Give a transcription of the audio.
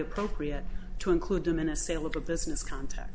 appropriate to include them in a sale of a business contacts